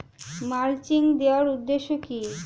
Mulching দেওয়ার উদ্দেশ্য কি?